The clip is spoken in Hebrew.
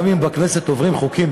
גם אם בכנסת עוברים חוקים,